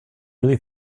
really